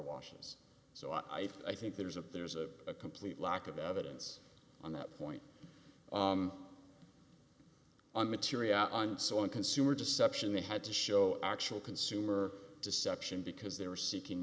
washes so i think there's a there's a complete lack of evidence on that point on material and so on consumer deception they had to show actual consumer deception because they were seeking